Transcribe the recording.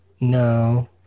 no